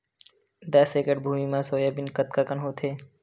दस एकड़ भुमि म सोयाबीन कतका कन होथे?